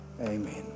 Amen